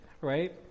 right